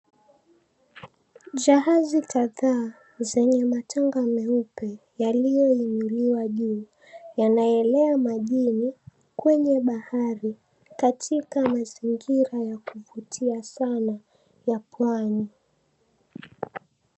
Jahazi kadhaa zenye matanga meupe yaliyoinuliwa juu yanaelea majini kwenye bahari katika mazingira ya kuvutia sana ya pwani.